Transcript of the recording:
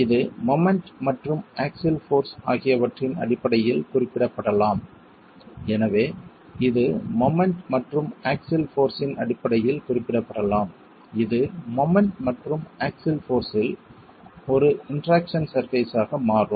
இது மொமெண்ட் மற்றும் axial force ஆகியவற்றின் அடிப்படையில் குறிப்பிடப்படலாம் எனவே இது மொமெண்ட் மற்றும் ஆக்ஸில் போர்ஸ் இன் அடிப்படையில் குறிப்பிடப்படலாம் இது மொமெண்ட் மற்றும் ஆக்ஸில் போர்ஸ் இல் ஒரு இன்டெராக்சன் சர்பேஸ் ஆக மாறும்